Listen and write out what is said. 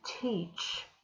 teach